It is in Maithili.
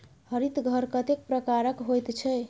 हरित घर कतेक प्रकारक होइत छै?